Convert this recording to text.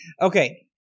okay